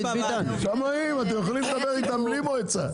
אתם יכולים לדבר עם השמאים בלי מועצה.